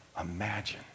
imagine